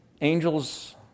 Angels